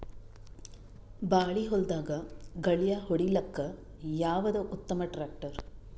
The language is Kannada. ಬಾಳಿ ಹೊಲದಾಗ ಗಳ್ಯಾ ಹೊಡಿಲಾಕ್ಕ ಯಾವದ ಉತ್ತಮ ಟ್ಯಾಕ್ಟರ್?